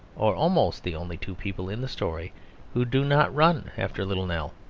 or almost the only two, people in the story who do not run after little nell.